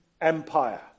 empire